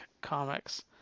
comics